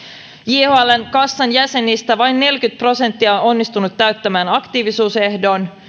jhln kassan jäsenistä vain neljäkymmentä prosenttia on onnistunut täyttämään aktiivisuusehdon